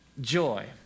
joy